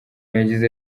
yagize